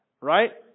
right